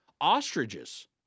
Ostriches